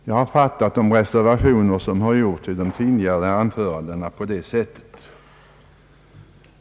Jag har fattat de reservationer som gjorts i de tidigare anförandena på det sättet.